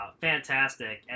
fantastic